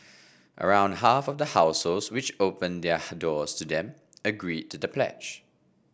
around half of the households which opened their doors to them agreed to the pledge